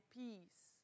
peace